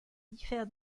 diffère